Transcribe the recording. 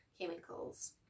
chemicals